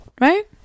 Right